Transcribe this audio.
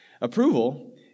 Approval